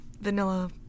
vanilla